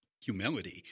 humility